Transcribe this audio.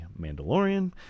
Mandalorian